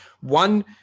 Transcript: One